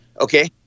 Okay